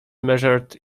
measured